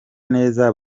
neza